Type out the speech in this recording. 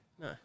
No